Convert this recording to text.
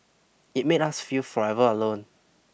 it made us feel forever alone